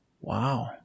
wow